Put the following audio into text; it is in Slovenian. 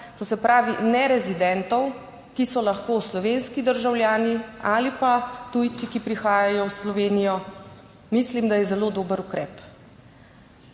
to se pravi nerezidentov, ki so lahko slovenski državljani ali pa tujci, ki prihajajo v Slovenijo, mislim, da je zelo dober ukrep.